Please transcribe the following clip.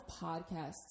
podcasts